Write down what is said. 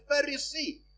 Pharisee